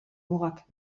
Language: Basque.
mugak